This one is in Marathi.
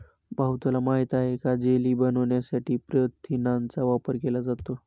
भाऊ तुला माहित आहे का जेली बनवण्यासाठी प्रथिनांचा वापर केला जातो